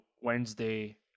Wednesday